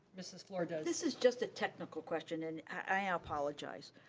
mrs. fluor does. this is just a technical question and i ah apologize.